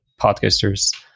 podcasters